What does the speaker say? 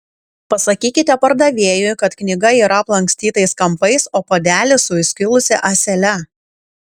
pasakykite pardavėjui kad knyga yra aplankstytais kampais o puodelis su įskilusia ąsele